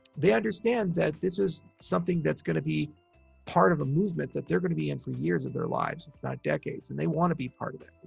they understand that this is something that's going to be part of a movement that they're going to be in for years of their lives, if not decades, and they want to be part of it.